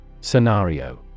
Scenario